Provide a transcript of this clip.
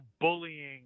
bullying